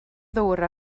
ddŵr